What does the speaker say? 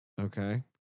Okay